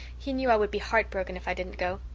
he knew i would be heart-broken if i didn't go.